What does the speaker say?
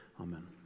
Amen